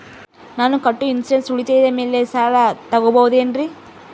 ನಾನು ಕಟ್ಟೊ ಇನ್ಸೂರೆನ್ಸ್ ಉಳಿತಾಯದ ಮೇಲೆ ಸಾಲ ತಗೋಬಹುದೇನ್ರಿ?